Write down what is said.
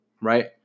right